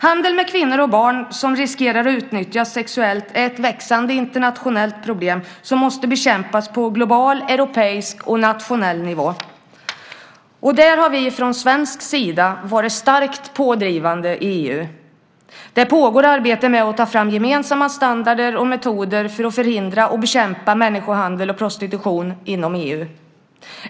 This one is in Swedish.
Handel med kvinnor och barn, som riskerar att utnyttjas sexuellt, är ett växande internationellt problem som måste bekämpas på global, europeisk och nationell nivå. Där har vi från svensk sida varit starkt pådrivande i EU. Det pågår arbete med att ta fram gemensamma standarder och metoder för att förhindra och bekämpa människohandel och prostitution inom EU.